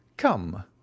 come